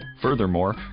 Furthermore